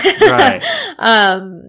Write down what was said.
Right